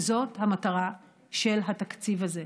וזאת המטרה של התקציב הזה,